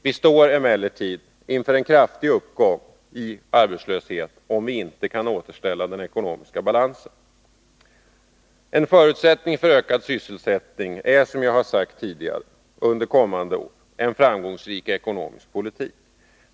Vi står emellertid inför en kraftig uppgång av arbetslösheten om vi inte kan återställa ekonomisk balans. En förutsättning för ökad sysselsättning under kommande år är som jag tidigare sagt en framgångsrik ekonomisk politik.